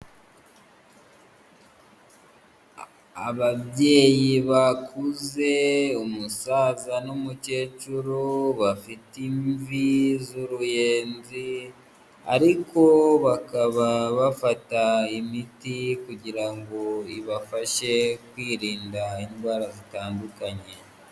Ababyeyi bakuze; umusaza n'umukecuru, bafite imvi z'uruyenzi; ariko bakaba bafata imiti kugira ngo ibafashe kwirinda indwara zitandukanye.